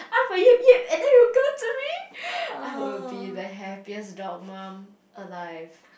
Appa yip yip and then it will come to me I will be the happiest dog mum alive